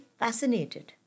fascinated